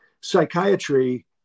psychiatry